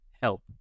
help